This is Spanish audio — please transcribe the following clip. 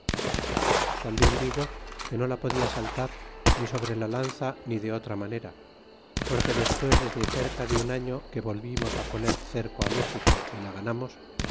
tambien digo que no la podia saltar ni sobre la lanza ni de otra manera porque despues desde cerca de un año que volvimos á poner cerco méxico y la ganamos